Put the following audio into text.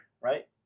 right